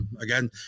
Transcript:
Again